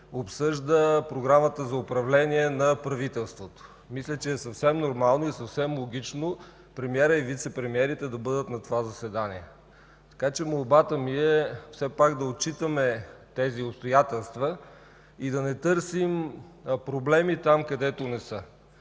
обсъжда програмата за управление на правителството. Мисля, че е съвсем нормално и логично премиерът и вицепремиерите да бъдат на това заседание. Молбата ми е все пак да отчитаме тези обстоятелства и да не търсим проблеми там, където не са.